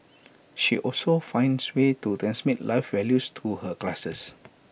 she also finds ways to transmit life values through her classes